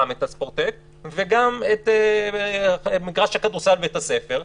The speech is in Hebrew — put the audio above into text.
את הספורטק וגם את מגרש הכדורסל בבית הספר,